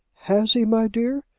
has he, my dear?